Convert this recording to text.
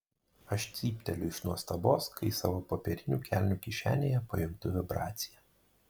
aš cypteliu iš nuostabos kai savo popierinių kelnių kišenėje pajuntu vibraciją